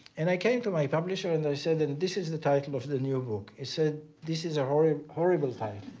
and i came to my publisher and i said and this is the title of the new book. he said, this is a horrible horrible title.